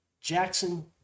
Jackson